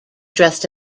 dressed